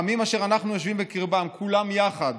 העמים אשר אנחנו יושבים בקרבם, כולם יחד,